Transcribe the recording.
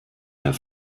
der